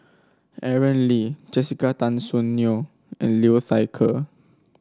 Aaron Lee Jessica Tan Soon Neo and Liu Thai Ker